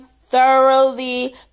thoroughly